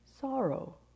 Sorrow